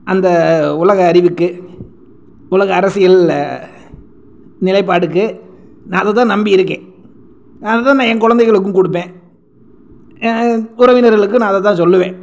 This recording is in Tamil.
அந்த உலக அறிவுக்கு உலக அரசியல் நிலைப்பாடுக்கு நான் அதை தான் நம்பி இருக்கேன் அதை தான் நான் என் குழந்தைகளுக்கும் கொடுப்பேன் என் உறவினர்களுக்கு நான் அதை தான் சொல்லுவேன்